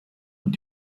und